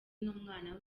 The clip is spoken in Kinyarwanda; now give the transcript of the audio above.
n’umwana